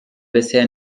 bisher